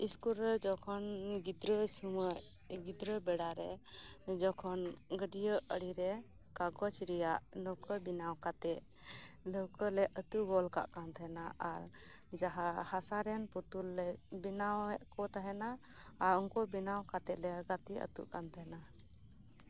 school ᱨᱮ ᱡᱮᱠᱷᱚᱱ ᱜᱤᱫᱽᱨᱟᱹ ᱥᱳᱢᱚᱭ ᱜᱤᱫᱽᱨᱟᱹ ᱵᱮᱲᱟ ᱨᱮ ᱡᱮᱠᱷᱚᱱ ᱜᱟᱹᱰᱭᱟᱹ ᱟᱲᱮᱨᱮ ᱠᱟᱜᱚᱡᱽ ᱨᱮᱭᱟᱜ ᱱᱟᱹᱣᱠᱟᱹ ᱵᱮᱱᱟᱣ ᱠᱟᱛᱮᱫ ᱱᱟᱹᱣᱠᱟᱹ ᱞᱮ ᱟᱹᱛᱳ ᱜᱚᱫ ᱠᱟᱱ ᱠᱟᱱᱟ ᱟᱨ ᱡᱟᱦᱟᱸ ᱦᱟᱥᱟ ᱨᱮᱱ ᱯᱩᱛᱩᱞᱮ ᱵᱮᱱᱟᱣᱮᱫ ᱠᱚ ᱛᱟᱦᱮᱸᱫᱼᱟ ᱟᱨ ᱩᱱᱠᱩ ᱵᱮᱱᱟᱣ ᱠᱟᱛᱮ ᱞᱮ ᱜᱟᱛᱮ ᱟᱹᱛᱩᱜ ᱠᱟᱱ ᱛᱟᱦᱮᱸᱫᱼᱟ